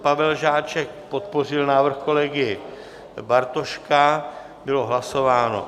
Pavel Žáček podpořil návrh kolegy Bartoška, bylo hlasováno.